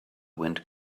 wind